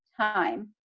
time